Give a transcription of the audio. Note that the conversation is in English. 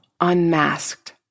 unmasked